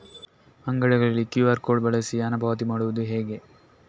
ಅಂಗಡಿಗಳಲ್ಲಿ QR code ಬಳಸಿ ಹಣ ಪಾವತಿ ಮಾಡೋದು ಹೇಗೆ?